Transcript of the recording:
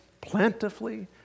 plentifully